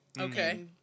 Okay